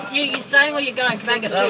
you you staying or are you going to bagot? um